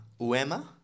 Uema